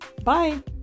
Bye